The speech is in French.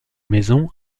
maison